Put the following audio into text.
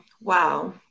Wow